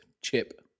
chip